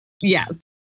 Yes